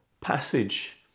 passage